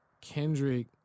Kendrick